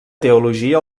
teologia